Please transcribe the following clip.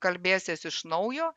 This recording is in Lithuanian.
kalbėsies iš naujo